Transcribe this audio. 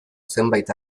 zenbait